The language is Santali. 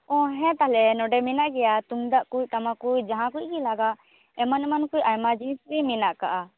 ᱚᱻ ᱦᱮᱸ ᱛᱟᱦᱚᱞᱮ ᱱᱚᱸᱰᱮ ᱢᱮᱱᱟᱜ ᱜᱮᱭᱟ ᱛᱩᱢᱫᱟᱜ ᱠᱚ ᱴᱟᱢᱟᱠ ᱠᱚ ᱡᱟᱦᱟᱸ ᱠᱚᱜᱮ ᱞᱟᱜᱟᱜ ᱮᱢᱟᱱ ᱮᱢᱟᱱ ᱠᱚ ᱟᱭᱢᱟ ᱡᱤᱱᱤᱥ ᱠᱚᱜᱮ ᱢᱮᱱᱟᱜ ᱠᱟᱜᱼᱟ